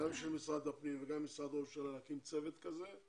וגם משרד הפנים וגם משרד ראש הממשלה להקים צוות כזה,